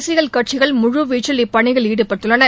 அரசியல் கட்சிகள் முழுவீச்சில் இப்பணியில் ஈடுபட்டுள்ளன